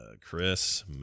Chris